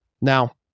Now